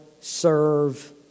serve